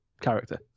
character